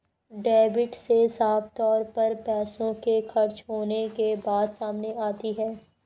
debit से साफ तौर पर पैसों के खर्च होने के बात सामने आती है